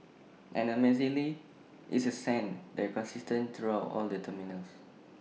and amazingly it's A scent that's consistent throughout all the terminals